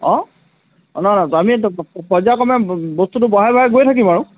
অঁ অঁ নহয় নহয় আমি পৰ্যায়ক্ৰমে বস্তুটো বঢ়াই বঢ়াই গৈ থাকিম আৰু